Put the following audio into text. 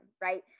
right